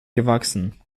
gewachsen